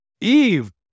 Eve